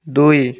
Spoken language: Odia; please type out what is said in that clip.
ଦୁଇ